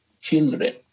children